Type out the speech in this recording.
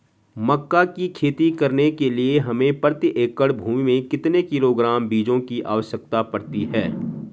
मक्का की खेती करने के लिए हमें प्रति एकड़ भूमि में कितने किलोग्राम बीजों की आवश्यकता पड़ती है?